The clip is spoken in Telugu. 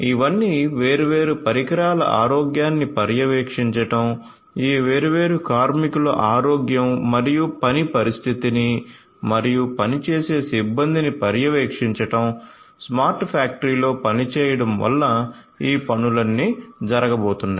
ఇవన్నీ వేర్వేరు పరికరాల ఆరోగ్యాన్ని పర్యవేక్షించడం ఈ వేర్వేరు కార్మికుల ఆరోగ్యం మరియు పని పరిస్థితి ని మరియు పని చేసే సిబ్బందిని పర్యవేక్షించడం స్మార్ట్ ఫ్యాక్టరీలో పనిచేయడం వల్ల ఈ పనులన్నీ జరగబోతున్నాయి